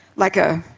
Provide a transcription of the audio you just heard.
like a,